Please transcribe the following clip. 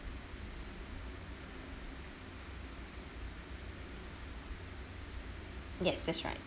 yes that's right